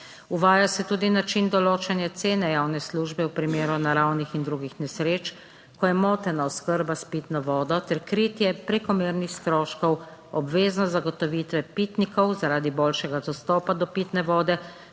Uvaja se tudi način določanja cene javne službe v primeru naravnih in drugih nesreč, ko je motena oskrba s pitno vodo ter kritje prekomernih stroškov, obveznost zagotovitve pitnikov zaradi boljšega dostopa do pitne vode